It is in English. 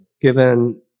given